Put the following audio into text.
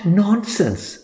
nonsense